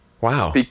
Wow